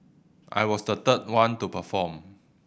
I was the third one to perform